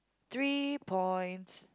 three points